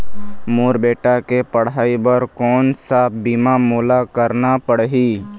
मोर बेटा के पढ़ई बर कोन सा बीमा मोला करना पढ़ही?